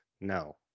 no